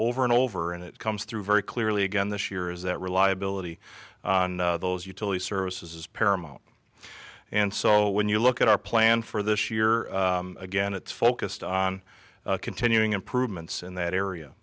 over and over and it comes through very clearly again this year is that reliability those utility services is paramount and so when you look at our plan for this year again it's focused on continuing improvements in that